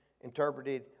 interpreted